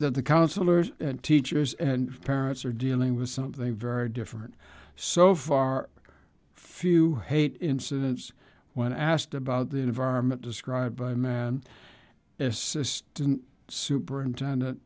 that the counselors teachers and parents are dealing with something very different so far few hate incidents when asked about the environment described by man assistant superintendent